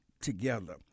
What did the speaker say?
together